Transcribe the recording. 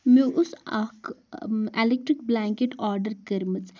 مےٚ اوس اَکھ اٮ۪لِکٹِرٛک بٕلینٛکٮ۪ٹ آرڈر کٔرمٕژ